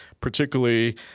particularly